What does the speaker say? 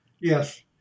Yes